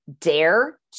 dare